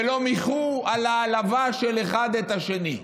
ולא מיחו על העלבה של אחד את השני.